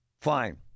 Fine